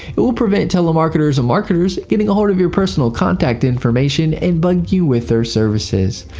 it will prevent telemarketers and marketers getting a hold of your personal contact information and bugging you with their services.